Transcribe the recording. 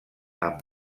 amb